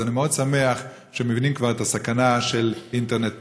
אז אני מאוד שמח שמבינים כבר את הסכנה של אינטרנט פרוץ.